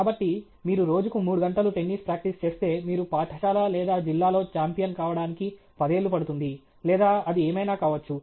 కాబట్టి మీరు రోజుకు మూడు గంటలు టెన్నిస్ ప్రాక్టీస్ చేస్తే మీరు పాఠశాల లేదా జిల్లాలో ఛాంపియన్ కావడానికి పదేళ్ళు పడుతుంది లేదా అది ఏమైనా కావచ్చు